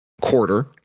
quarter